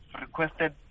requested